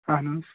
اَہَن حظ